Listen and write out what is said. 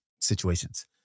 situations